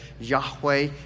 Yahweh